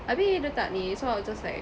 habis dia orang tak ni so I was just like